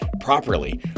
properly